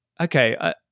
okay